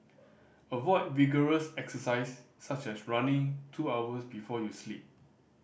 avoid vigorous exercise such as running two hours before you sleep